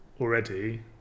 already